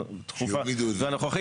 זו הבעיה של אזרחי ישראל.